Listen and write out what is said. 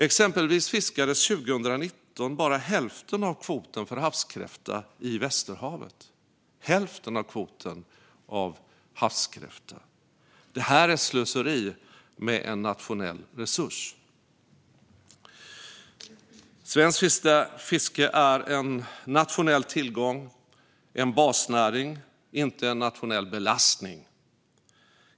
Exempelvis fiskades 2019 bara hälften av kvoten för havskräfta i Västerhavet. Detta är slöseri med en nationell resurs. Svenskt fiske är en nationell tillgång och en basnäring - inte en nationell belastning.